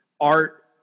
art